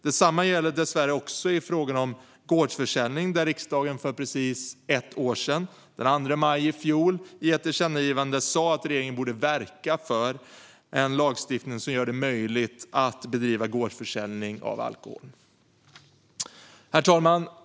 Detsamma gäller dessvärre också i frågan om gårdsförsäljning. Riksdagen sa för precis ett år sedan, den 2 maj i fjol, i ett tillkännagivande att regeringen borde verka för en lagstiftning som gör det möjligt att bedriva gårdsförsäljning av alkohol. Herr talman!